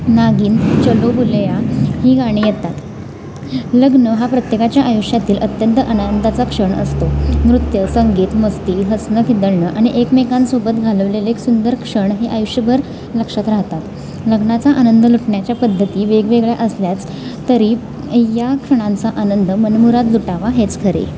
नागिन चलो बुलेया ही गाणी येतात लग्न हा प्रत्येकाच्या आयुष्यातील अत्यंत आनंदाचा क्षण असतो नृत्य संगीत मस्ती हसणं खिदळणं आणि एकमेकांसोबत घालवलेले एक सुंदर क्षण हे आयुष्यभर लक्षात राहतात लग्नाचा आनंद लुटण्याच्या पद्धती वेगवेगळ्या असल्याच तरी या क्षणांचा आनंद मनमुरात लुटावा हेच खरे